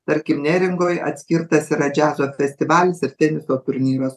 tarkim neringoj atskirtas yra džiazo festivalis ir teniso turnyras